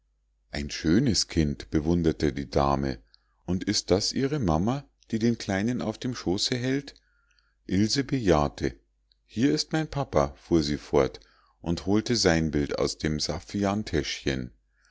ein schönes kind bewunderte die dame und ist das ihre mama die den kleinen auf dem schoße hält ilse bejahte hier ist mein papa fuhr sie fort und holte sein bild aus dem